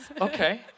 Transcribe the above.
Okay